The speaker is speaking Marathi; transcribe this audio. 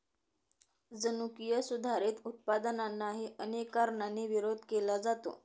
जनुकीय सुधारित उत्पादनांनाही अनेक कारणांनी विरोध केला जातो